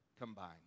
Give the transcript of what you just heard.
combined